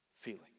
feeling